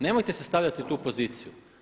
Nemojte se stavljati u tu poziciju.